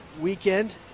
weekend